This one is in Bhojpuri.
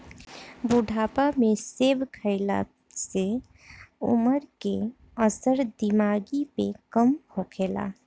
बुढ़ापा में सेब खइला से उमर के असर दिमागी पे कम होखेला